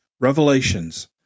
Revelations